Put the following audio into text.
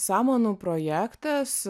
samanų projektas